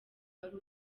wari